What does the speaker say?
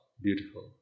beautiful